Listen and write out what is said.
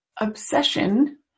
obsession